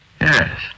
Yes